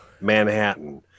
manhattan